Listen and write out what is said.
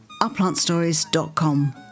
ourplantstories.com